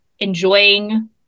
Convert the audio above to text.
enjoying